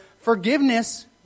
forgiveness